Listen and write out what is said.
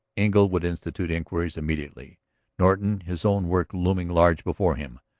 engle would institute inquiries immediately norton, his own work looming large before him,